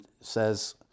says